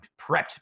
prepped